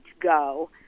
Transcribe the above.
go